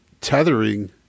tethering